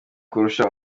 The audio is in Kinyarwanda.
kurusha